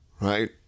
Right